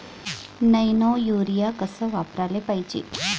Nano urea कस वापराले पायजे?